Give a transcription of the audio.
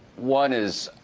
one is,